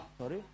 sorry